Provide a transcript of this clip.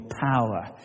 power